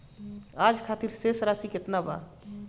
आज खातिर शेष राशि केतना बा?